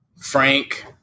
Frank